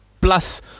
plus